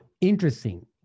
Interesting